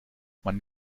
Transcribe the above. man